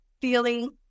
feeling